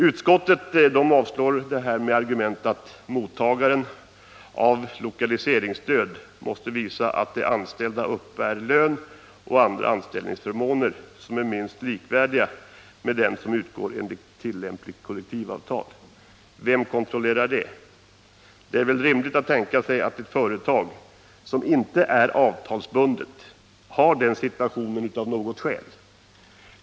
Utskottet avstyrker kravet med argumentet att mottagaren av lokaliseringsstöd måste visa att de anställda uppbär lön och har andra anställningsförmåner som är minst likvärdiga med dem som utgår enligt tillämpligt kollektivavtal. Vem kontrollerar det? Det är väl rimligt att tänka sig att ett företag, som inte är avtalsbundet, har den situationen av något skäl.